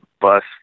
bus